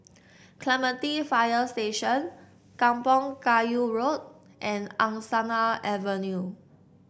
Clementi Fire Station Kampong Kayu Road and Angsana Avenue